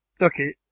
Okay